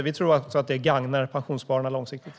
Vi tror att detta gagnar pensionsspararna långsiktigt.